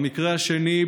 במקרה השני,